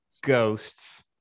Ghosts